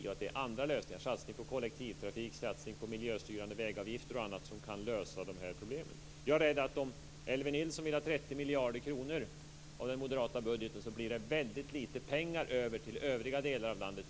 Det är nu fråga om andra lösningar, dvs. satsningar på kollektivtrafik, satsningar på miljöstyrande vägavgifter och annat som kan lösa problemen. Jag är rädd för att om Elver Nilsson vill ha 30 miljarder kronor av den moderata budgeten blir det lite pengar över till det övriga landet.